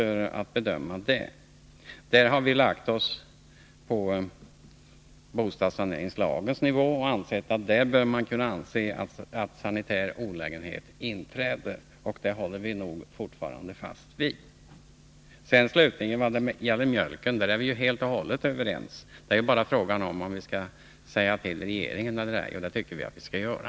Där har vi tillämpat bostadssaneringslagens kriterier då det gäller att avgöra när sanitär olägenhet inträder. Det håller vi nog fortfarande fast vid. När det gäller mjölken är vi helt och hållet överens. Frågan är bara om man skall säga till regeringen eller ej. Det tycker vi att man skall göra.